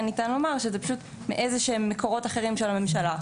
ניתן לומר שהם מאיזה שהם מקורות אחרים של הממשלה.